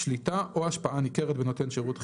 שליטה או השפעה ניכרת בנותן שירות חיוני,